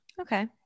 Okay